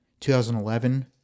2011